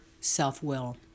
self-will